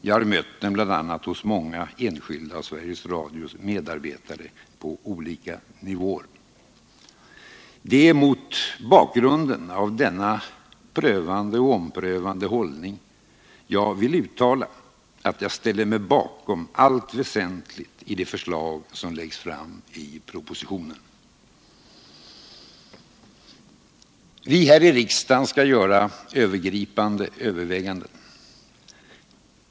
Jag har mött denna hållning hos många enskilda bland Sveriges Radios medarbetare på olika nivåer. Det är mot den bakgrunden av prövande och omprövande eftertänksamhet jag ställer mig bakom allt väsentligt i de förslag som framlagts i propositionen. Vi här i riksdagen skall göra övergripande överväganden.